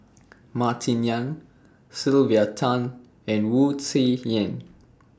Martin Yan Sylvia Tan and Wu Tsai Yen